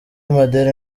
madini